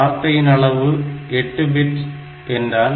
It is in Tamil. வார்த்தையின் அளவு 8 பிட் என்றால்